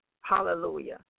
Hallelujah